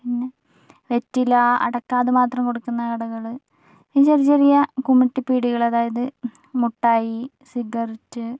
പിന്നെ വെറ്റില അടക്ക അതുമാത്രം കൊടുക്കുന്ന കടകൾ ഈ ചെറിയ ചെറിയ ഗുമ്മിട്ടി പീടിയകൾ അതായത് മുട്ടായി സിഗരറ്റ്